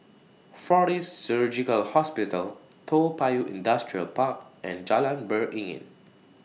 Fortis Surgical Hospital Toa Payoh Industrial Park and Jalan Beringin